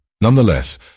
Nonetheless